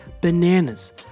bananas